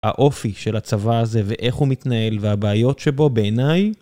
האופי של הצבא הזה ואיך הוא מתנהל והבעיות שבו בעיניי?